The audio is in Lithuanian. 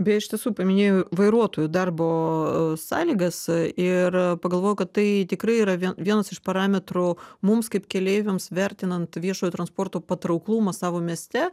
beje iš tiesų paminėjai vairuotojų darbo sąlygas ir pagalvojau kad tai tikrai yra vie vienas iš parametrų mums kaip keleiviams vertinant viešojo transporto patrauklumą savo mieste